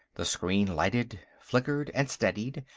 the screen lighted, flickered, and steadied,